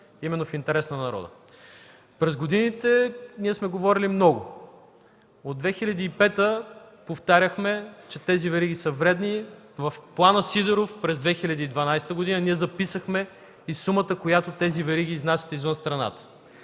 са в интерес на народа. През годините сме говорили много – от 2005 г. повтаряхме, че тези вериги са много вредни. В Плана Сидеров през 2012 г. записахме и сумата, която тези вериги изнасят извън страната.